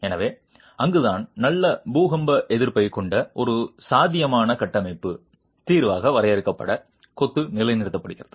எனவே அங்குதான் நல்ல பூகம்ப எதிர்ப்பைக் கொண்ட ஒரு சாத்தியமான கட்டமைப்பு தீர்வாக வரையறுக்கப்பட்ட கொத்து நிலைநிறுத்தப்படுகிறது